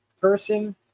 person